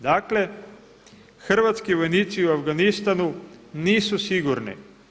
Dakle hrvatski vojnici u Afganistanu nisu sigurni.